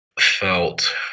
felt